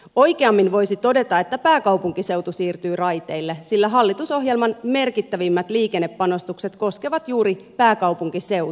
oikeammin voisi todeta että pääkaupunkiseutu siirtyy raiteille sillä hallitusohjelman merkittävimmät liikennepanostukset koskevat juuri pääkaupunkiseutua